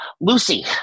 Lucy